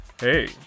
hey